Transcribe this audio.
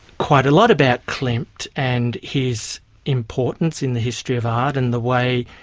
quite a lot about klimt and his importance in the history of art and the way